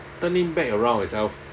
turning back around itself